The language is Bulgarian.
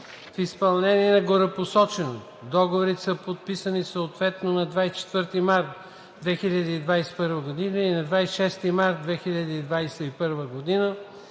В изпълнение на горепосоченото договорите са подписани съответно на 24 март 2021 г. и на 26 март 2021 г.